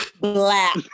Black